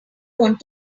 want